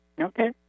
Okay